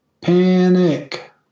Panic